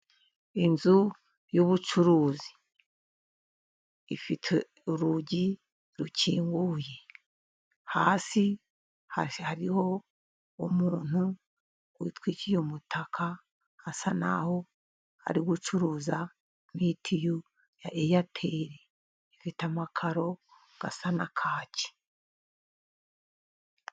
Inzu y' ubucuruzi ifite urugi rukinguye, hasi hariho umuntu utwikiye umutaka, asa naho ari gucuruza mitiyu ya airtel, ifite amakaro asa na kaki.